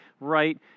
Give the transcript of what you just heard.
right